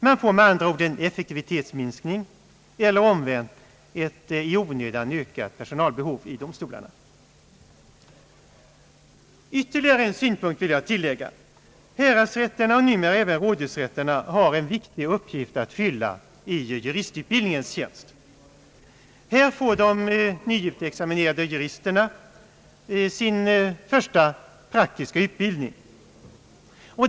Man får med andra ord en effektivitetsminskning, eller omvänt ett i onödan ökat personalbehov vid domstolarna. Ytterligare en synpunkt vill jag framföra. Häradsrätterna och numera även rådhusrätterna har en viktig uppgift att fylla i juristutbildningens tjänst. Där får de nyutexaminerade juristerna sin första praktiska utbildning.